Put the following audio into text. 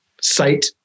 site